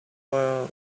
where